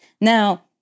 Now